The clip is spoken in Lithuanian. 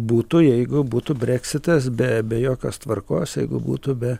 būtų jeigu būtų breksitas be be jokios tvarkos jeigu būtų be